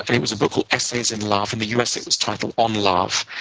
and it was a book called essays in love. in the us, it was titled on love.